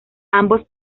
ambos